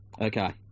Okay